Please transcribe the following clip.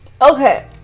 Okay